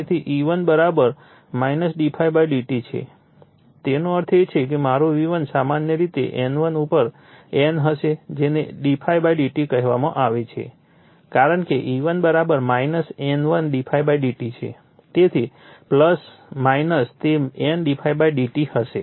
તેથી E1 d∅ dt છે તેનો અર્થ એ કે મારું V1 સામાન્ય રીતે N1 ઉપર N હશે જેને d∅ dt કહેવામાં આવે છે કારણ કે E1 N1 d∅ dt છે તેથી તે N d∅ dt હશે